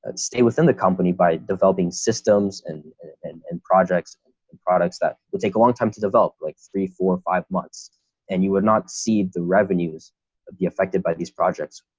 and stay within the company by developing systems and and and projects and and products that will take a long time to develop like three, four or five months and you will not see the revenues of the affected by these projects.